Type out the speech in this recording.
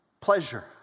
Pleasure